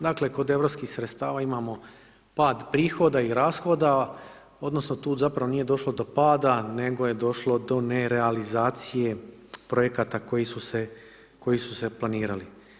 Dakle, kod europskih sredstava imamo pad prihoda i rashoda, odnosno, tu zapravo nije došlo do pada, nego je došlo do nerealizacije projekta koji su se planirali.